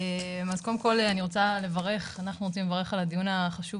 קודם כל אנחנו רוצים לברך על הדיון החשוב